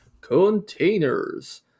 containers